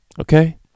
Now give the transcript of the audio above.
okay